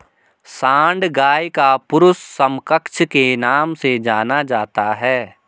सांड गाय का पुरुष समकक्ष के नाम से जाना जाता है